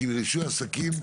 כי רישוי עסקים הוא